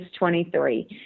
23